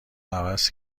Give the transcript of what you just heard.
عوض